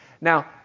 Now